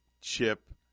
chip